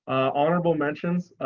honorable mentions,